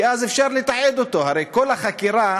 כי אז אפשר לתעד אותו, הרי כל החקירה,